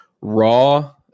raw